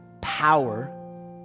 power